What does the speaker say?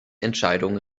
entscheidung